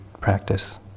practice